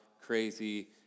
crazy